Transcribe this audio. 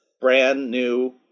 brand-new